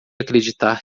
acreditar